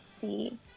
see